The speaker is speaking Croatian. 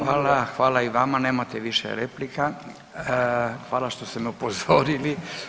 Hvala, hvala i vama nemate više replika, hvala što ste me upozorili.